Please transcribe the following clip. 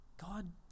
God